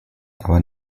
aber